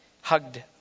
hugged